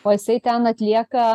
o jisai ten atlieka